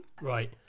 Right